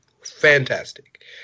Fantastic